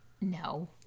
No